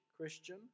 Christian